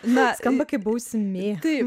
na skamba kaip bausmė